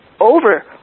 over